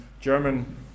German